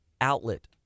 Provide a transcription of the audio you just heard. outlet